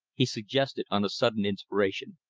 he suggested on a sudden inspiration.